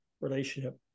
relationship